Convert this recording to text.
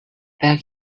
beg